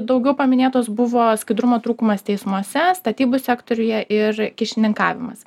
daugiau paminėtos buvo skaidrumo trūkumas teismuose statybų sektoriuje ir kyšininkavimas